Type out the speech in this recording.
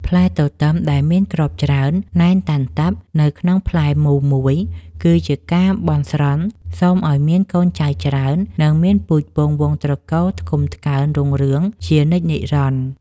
ផ្លែទទឹមដែលមានគ្រាប់ច្រើនណែនតាន់តាប់នៅក្នុងផ្លែមូលមួយគឺជាការបន់ស្រន់សុំឱ្យមានកូនចៅច្រើន និង មានពូជពង្សវង្សត្រកូលថ្កុំថ្កើងរុងរឿងជានិច្ចនិរន្តរ៍។